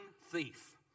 thief